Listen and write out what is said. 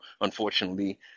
unfortunately